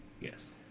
Yes